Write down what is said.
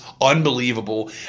Unbelievable